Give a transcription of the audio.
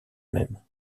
même